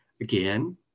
Again